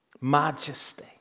majesty